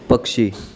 पक्षी